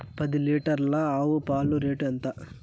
పది లీటర్ల ఆవు పాల రేటు ఎంత?